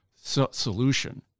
solution